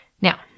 Now